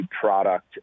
product